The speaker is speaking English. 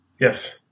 Yes